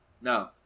No